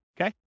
Okay